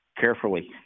Carefully